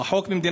היא אסורה.